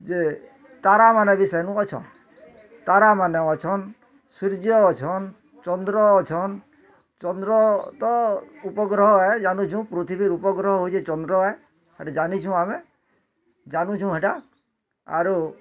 ଯେ ତାରା ମାନେ ବି ସେନୁ ଅଛନ୍ ତାରା ମାନେ ଅଛନ୍ ସୂର୍ଯ୍ୟ ଅଛନ୍ ଚନ୍ଦ୍ର ଅଛନ୍ ଚନ୍ଦ୍ର ତ ଉପଗ୍ରହ ଆଏ ଜାନୁଛୁଁ ପୃଥିବୀର ଉପଗ୍ରହ ହେଉଛି ଚନ୍ଦ୍ର ଆଏ ହେଟା ଜାନିଛୁଁ ଆମେ ଜାନୁଛୁଁ ହେଟା ଆରୁ